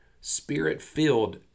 spirit-filled